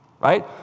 right